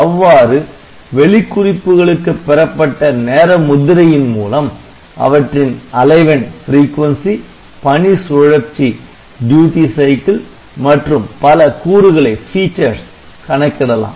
அவ்வாறு வெளிக்குறிப்புகளுக்கு பெறப்பட்ட நேர முத்திரையின் மூலம் அவற்றின் அலைவெண் பணி சுழற்சி மற்றும் பல கூறுகளை கணக்கிடலாம்